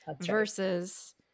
versus